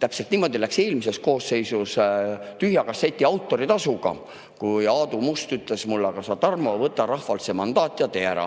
Täpselt niimoodi läks eelmises koosseisus tühja kasseti autoritasuga, kui Aadu Must ütles mulle, et Tarmo, võta rahvalt mandaat ja tee ära.